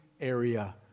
area